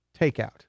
takeout